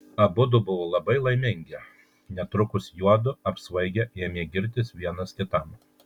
abudu buvo labai laimingi netrukus juodu apsvaigę ėmė girtis vienas kitam